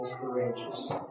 courageous